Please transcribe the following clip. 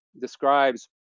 describes